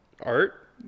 art